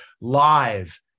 live